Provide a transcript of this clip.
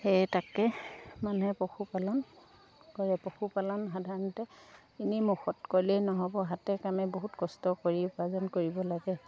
সেয়ে তাকে মানুহে পশুপালন কৰে পশুপালন সাধাৰণতে এনেই মুখত ক'লেই নহ'ব হাতে কামে বহুত কষ্ট কৰি উপাৰ্জন কৰিব লাগে